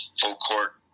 full-court